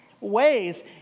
ways